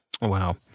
wow